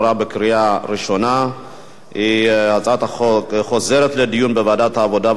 לוועדת העבודה,